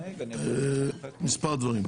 מספר דברים.